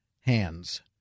hands